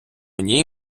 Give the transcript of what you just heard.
ній